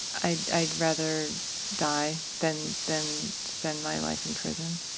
i'd i'd rather die than than spend my life in prison?